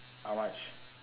how much